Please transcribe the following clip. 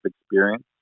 experience